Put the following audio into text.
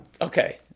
Okay